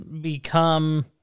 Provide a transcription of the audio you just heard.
become